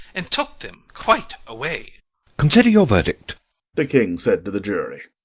and took them quite away consider your verdict the king said to the jury.